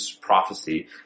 prophecy